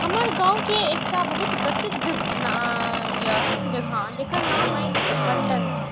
हमर गामके एकटा बहुत प्रसिद्ध अइ जगह जकर नाम अछि मण्डन धाम